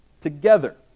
together